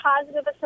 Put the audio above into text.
positive